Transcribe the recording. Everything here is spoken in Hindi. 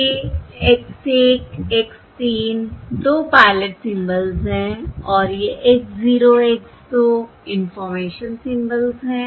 ये X 1 X 3 2 पायलट सिंबल्स हैं और ये X 0 X 2 इंफॉर्मेशन सिंबल्स हैं